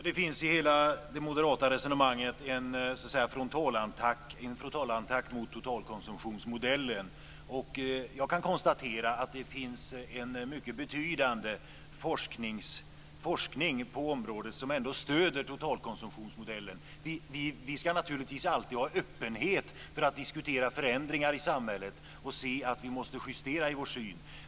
Herr talman! I hela det moderata resonemanget finns det en frontalattack mot totalkonsumtionsmodellen. Jag kan konstatera att det finns en mycket betydande forskning på området som stöder totalkonsumtionsmodellen. Vi ska naturligtvis alltid vara öppna för att diskutera förändringar i samhället och kanske justera vår syn.